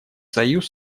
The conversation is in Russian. союз